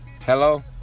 Hello